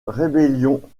rébellion